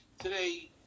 today